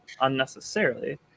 unnecessarily